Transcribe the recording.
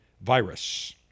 virus